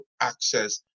access